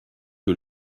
que